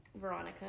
Veronica